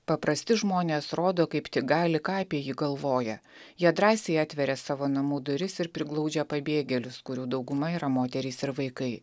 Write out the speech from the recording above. paprasti žmonės rodo kaip tik gali ką apie jį galvoja jie drąsiai atveria savo namų duris ir priglaudžia pabėgėlius kurių dauguma yra moterys ir vaikai